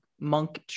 monk